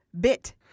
bit